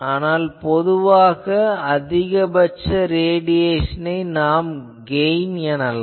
ஆனால் பொதுவாக அதிகபட்ச ரேடியேஷனை நாம் கெயின் எனலாம்